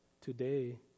today